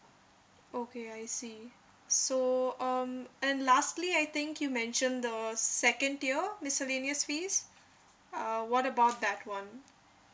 okay I see so um and lastly I think you mentioned the second tier miscellaneous fees uh what about that [one]